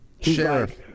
Sheriff